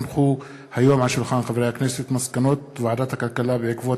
הונחו היום על שולחן חברי הכנסת מסקנות ועדת הכלכלה בעקבות